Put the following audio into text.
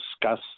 discuss